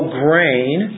grain